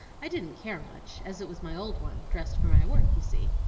i didn't care much, as it was my old one dressed for my work, you see.